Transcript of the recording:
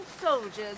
soldiers